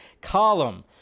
Column